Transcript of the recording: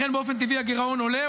לכן באופן טבעי הגירעון עולה.